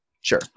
Sure